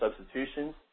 substitutions